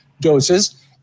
doses